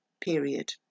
period